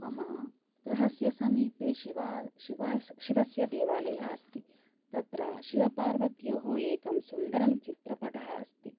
मम गृहस्य समीपे शिवस्य देवालयः अस्ति तत्र शिवपार्वत्योः एकं सुन्दरं चित्रपटः अस्ति